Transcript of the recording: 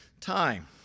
time